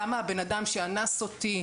למה הבן אדם שאנס אותי",